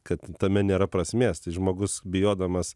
kad tame nėra prasmės tai žmogus bijodamas